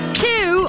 two